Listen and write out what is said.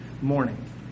morning